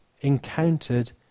encountered